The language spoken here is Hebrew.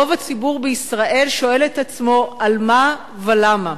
רוב הציבור בישראל שואל את עצמו: על מה ולמה?